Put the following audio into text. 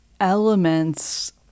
elements